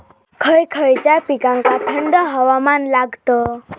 खय खयच्या पिकांका थंड हवामान लागतं?